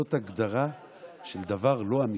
זו הגדרה של דבר לא אמיתי.